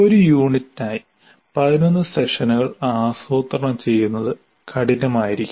ഒരു യൂണിറ്റായി 11 സെഷനുകൾ ആസൂത്രണം ചെയ്യുന്നത് കഠിനമായിരിക്കും